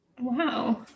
Wow